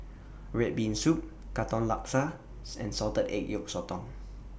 Red Bean Soup Katong Laksa and Salted Egg Yolk Sotong